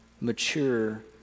mature